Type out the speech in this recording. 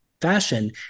fashion